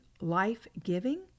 life-giving